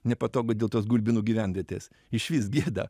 nepatogu dėl tos gulbinų gyvenvietės išvis gėda